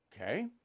Okay